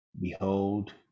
Behold